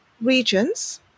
regions